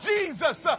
Jesus